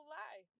lie